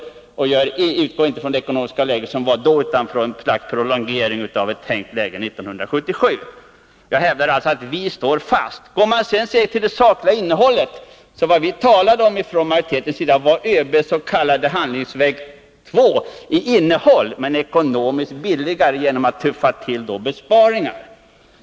Moderaterna utgår inte från det faktiska ekonomiska läge som fanns utan från ett slags prolongering av ett tänkt läge 1977. Jag hävdar alltså att vi står 25 fast vid detta uttalande. När det gäller det sakliga innehållet vill jag säga att vad vi från majoritetens sida talade om var ÖB:s s.k. handlingsväg 2 — i innehållet, men ekonomiskt billigare genom att vi ”tuffade till” det genom besparingar.